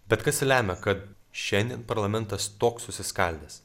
bet kas lemia kad šiandien parlamentas toks susiskaldęs